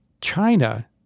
China